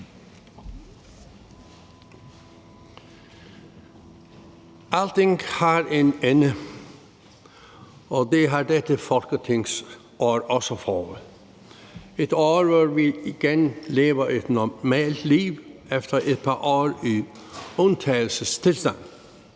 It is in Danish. Alting har en ende, og det har dette folketingsår også fået – et år, hvor vi igen lever et normalt liv efter et par år i undtagelsestilstand,